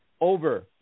over